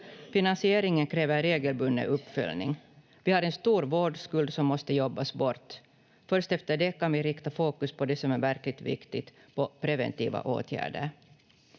Finansieringen kräver regelbunden uppföljning. Vi har en stor vårdskuld som måste jobbas bort. Först efter det kan vi rikta fokus på det som är verkligt viktigt — på preventiva åtgärder.